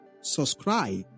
subscribe